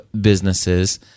businesses